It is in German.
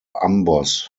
amboss